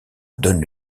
donne